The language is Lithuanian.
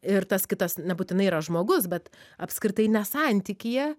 ir tas kitas nebūtinai yra žmogus bet apskritai ne santykyje